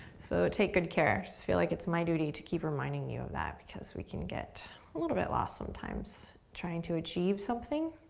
so take good care. i just feel like it's my duty to keep reminding you of that, because we can get a little bit lost sometimes trying to achieve something,